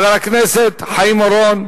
חבר הכנסת חיים אורון,